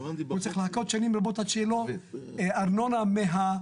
הוא צריך לחכות שנים רבות עד שיהיה לו ארנונה מהשטחים,